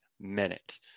minute